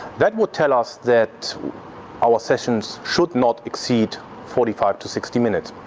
that will tell us that our sessions should not exceed forty five to sixty minutes.